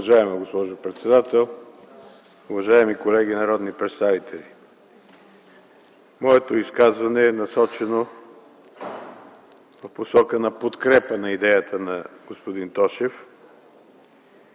Уважаема госпожо председател, уважаеми колеги народни представители! Моето изказване е насочено в посока на подкрепа на идеята на господин Тошев.